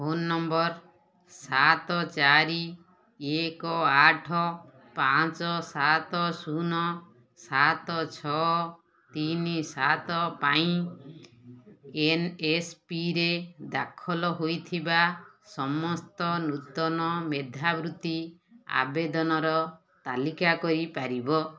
phone number ସାତ ଚାରି ଏକ ଆଠ ପାଞ୍ଚ ସାତ ଶୁନ ସାତ ଛଅ ତିନି ସାତ ପାଇଁ ଏନ୍ଏସ୍ପିରେ ଦାଖଲ ହୋଇଥିବା ସମସ୍ତ ନୂତନ ମେଧାବୃତ୍ତି ଆବେଦନର ତାଲିକା କରିପାରିବ